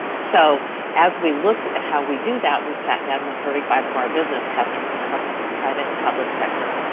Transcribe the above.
so as we looked at how we do that, we sat down with thirty five of our business customers from the private and public sector,